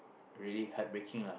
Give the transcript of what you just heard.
really heartbreaking lah